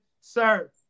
sir